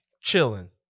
Chilling